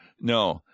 No